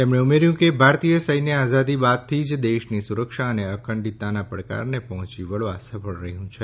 તેમણે કહ્યું કે ભારતીય સૈન્ય આઝાદી બાદથી જ દેશની સુરક્ષા અને અખંડિતતાના પડકારને પહોંચી વળવા સફળ રહ્યું છે